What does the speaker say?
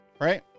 Right